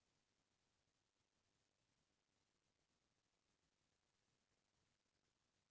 अर्थसास्त्र म किरसी ल बिकट बड़का जघा दे जाथे